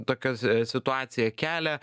tokios situacija kelia